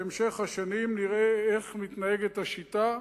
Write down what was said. בהמשך השנים נראה איך מתנהגת השיטה,